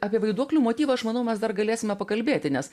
apie vaiduoklių motyvą aš manau mes dar galėsime pakalbėti nes